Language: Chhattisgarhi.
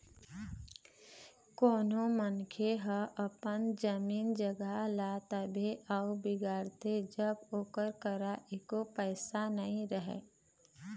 कोनो मनखे ह अपन जमीन जघा ल तभे अउ बिगाड़थे जब ओकर करा एको पइसा नइ रहय